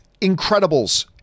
Incredibles